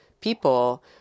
people